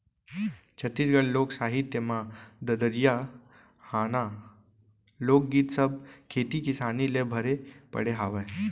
छत्तीसगढ़ी लोक साहित्य म ददरिया, हाना, लोकगीत सब खेती किसानी ले भरे पड़े हावय